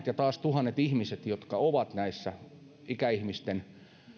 ja taas tuhansilla ihmisillä jotka ovat näissä ikäihmisten